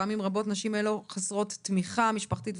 פעמים רבות נשים אלו חסרות תמיכה משפחתית,